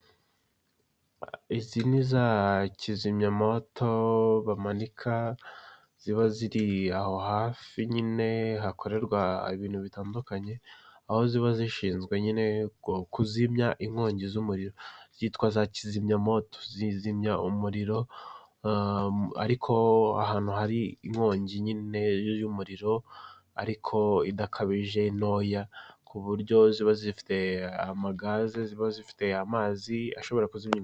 Izi ni za kizimya amato bamanika ziba ziri aho hafi nyine hakorerwa ibintu bitandukanye, aho ziba zishinzwe kuzimya inkongi z'umuriro, zitwa za kizimyamoto zizimya umuriro ariko ahantu hari inkongi nyine y'umuriro ariko idakabije ntoya, ku buryo ziba zifite amagaze ziba zifite amazi ashobora kuzimya.